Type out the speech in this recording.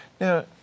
Now